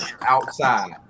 outside